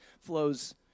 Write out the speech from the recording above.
flows